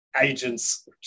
agents